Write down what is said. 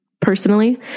personally